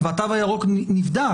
והתו הירוק נבדק,